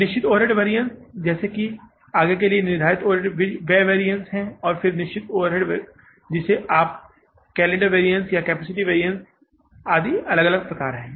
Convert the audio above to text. निश्चित overhead variants जैसे कि आगे के लिए निर्धारित ओवरहेड व्यय वैरिअन्स हैं फिर निश्चित ओवरहेड जिसे आप केलिन्डर वैरिअन्स कैपेसिटी वैरिअन्स आदि तो अलग अलग प्रकार है